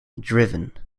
driven